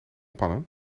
pannen